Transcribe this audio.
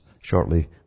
shortly